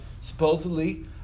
supposedly